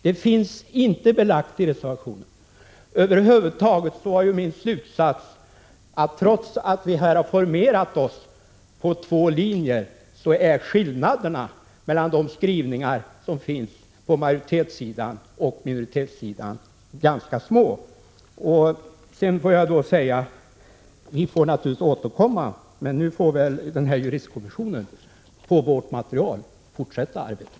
Det finns inte belagt. Över huvud taget var ju min slutsats att, trots att vi här har formerat oss på två linjer, är skillnaderna mellan de skrivningar som finns på majoritetssidan resp. minoritetssidan ganska små. Vi får naturligtvis återkomma, men nu får väl juristkommissionen ta över vårt material och fortsätta arbetet.